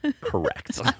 Correct